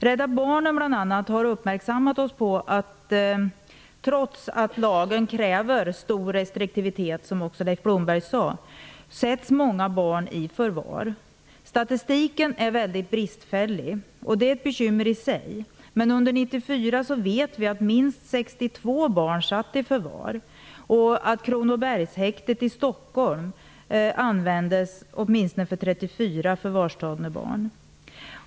Bl.a. Rädda Barnen har uppmärksammat oss på att många barn sätts i förvar trots att lagen kräver stor restriktivitet, som också Leif Blomberg sade. Statistiken är mycket bristfällig, vilket är ett bekymmer i sig, men vi vet att minst 62 barn satt i förvar under 1994 och att Kronobergshäktet i Stockholm användes åtminstone för 34 förvarstagna barn.